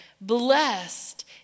Blessed